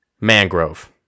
Mangrove